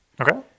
Okay